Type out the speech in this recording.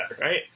right